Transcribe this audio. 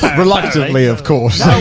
reluctantly, of course.